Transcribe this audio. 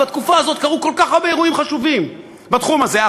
בתקופה הזאת קרו כל כך הרבה אירועים חשובים בתחום הזה.